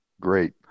Great